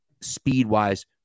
speed-wise